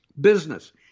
business